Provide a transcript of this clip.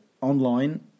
online